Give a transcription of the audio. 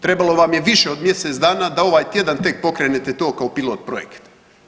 Trebalo vam je više od mjesec dana da ovaj tjedan tek pokrenete to kao pilot projekt.